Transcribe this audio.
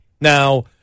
Now